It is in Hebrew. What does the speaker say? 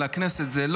חבר הכנסת מיקי